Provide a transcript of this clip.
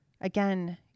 Again